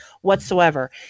whatsoever